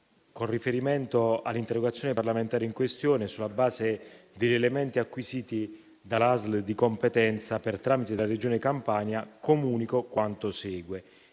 con riferimento all'interrogazione parlamentare in questione, sulla base degli elementi acquisiti dall'azienda sanitaria locale (ASL) di competenza per tramite della Regione Campania, comunico quanto segue.